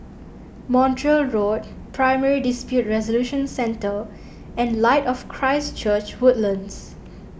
Montreal Road Primary Dispute Resolution Centre and Light of Christ Church Woodlands